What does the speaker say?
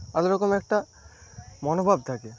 আলাদা রকম একটা মনোভাব থাকে